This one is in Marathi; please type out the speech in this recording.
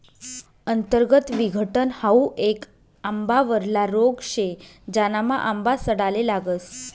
अंतर्गत विघटन हाउ येक आंबावरला रोग शे, ज्यानामा आंबा सडाले लागस